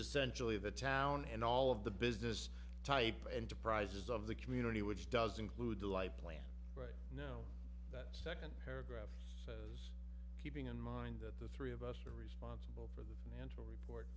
essentially the town and all of the business type enterprises of the community which does include a life plan right now that second paragraph keeping in mind that the three of us are responsible for financial report